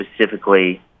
specifically